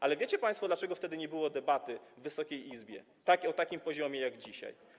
Ale wiecie państwo, dlaczego wtedy nie było debaty w Wysokiej Izbie na takim poziomie jak dzisiaj?